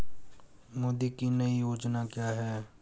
मोदी की नई योजना क्या है?